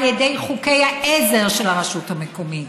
על ידי חוקי העזר של הרשות המקומית.